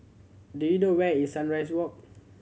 do you know where is Sunrise Walk